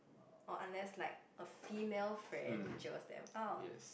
or unless like a female friend jio them out